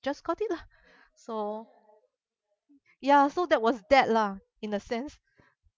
just got it lah so ya so that was that lah in the sense